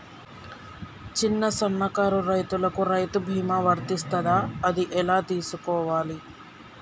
చిన్న సన్నకారు రైతులకు రైతు బీమా వర్తిస్తదా అది ఎలా తెలుసుకోవాలి?